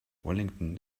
wellington